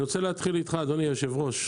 אני רוצה להתחיל אתך אדוני היושב-ראש,